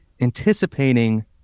anticipating